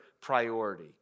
priority